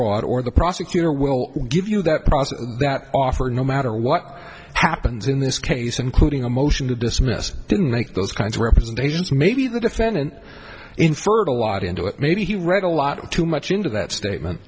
it or the prosecutor will give you that process that offer no matter what happens in this case including a motion to dismiss didn't make those kinds of representations maybe the defendant inferred a lot into it maybe he read a lot too much into that statement